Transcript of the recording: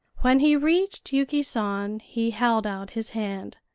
when he reached yuki san he held out his hand.